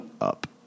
up